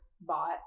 bought